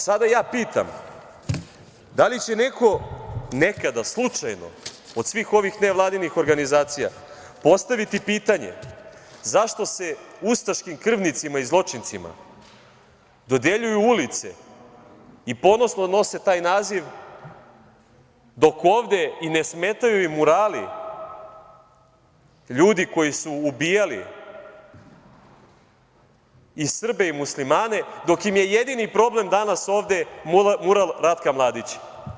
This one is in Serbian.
Sada ja pitam da li će neko nekada slučajno od svih ovih nevladinih organizacija postaviti pitanje zašto se ustaškim krvnicima i zločincima dodeljuju ulice i ponosno nose taj naziv i ne smetaju im murali ljudi koji su ubijali i Srbe i muslimane, dok im je jedini problem danas ovde mural Ratka Mladića?